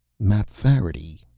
mapfarity,